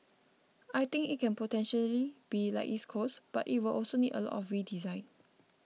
I think it can potentially be like East Coast but it will also need a lot of redesign